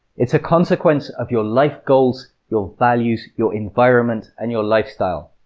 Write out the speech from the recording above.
it's a consequence of your life goals, your values, your environment and your lifestyle.